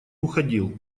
уходил